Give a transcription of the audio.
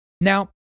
Now